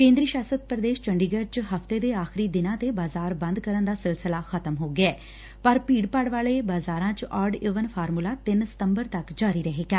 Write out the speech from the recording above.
ਕੇਂਦਰੀ ਸ਼ਾਸਤ ਪ੍ਰਦੇਸ਼ ਚੰਡੀਗੜ੍ ਵਿਚ ਹਫ਼ਤੇ ਦੇ ਆਖ਼ਰੀ ਦਿਨਾਂ ਤੇ ਬਜ਼ਾਰ ਬੰਦ ਕਰਨ ਦਾ ਸਿਲਸਿਲਾ ਖ਼ਤਮ ਹੋ ਗਿਐ ਪਰ ਭੀੜ ਭਾੜ ਵਾਲੇ ਬਜ਼ਾਰਾਂ ਤ ਔਡ ਈਵਨ ਫਾਰਮੁੱਲਾ ਤਿੰਨ ਸਤੰਬਰ ਤੱਕ ਜਾਰੀ ਰਹੇਗਾ